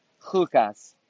Chukas